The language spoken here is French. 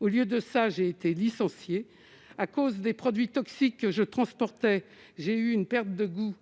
au lieu de ça, j'ai été licenciée à cause des produits toxiques je transportait, j'ai eu une perte de goût